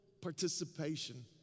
participation